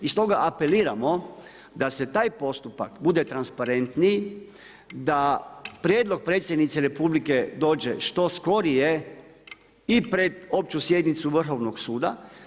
I stoga apeliramo da se taj postupak bude transparentniji, da prijedlog Predsjednice Republike dođe što skorije i pred opću sjednicu Vrhovnog suda.